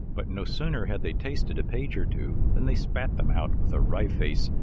but no sooner had they tasted a page or two, than they spat them out with a wry face,